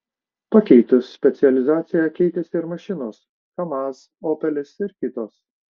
pakeitus specializaciją keitėsi ir mašinos kamaz opelis ir kitos